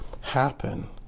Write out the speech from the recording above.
happen